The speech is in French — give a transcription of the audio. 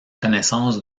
connaissance